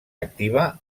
activa